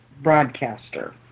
broadcaster